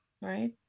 right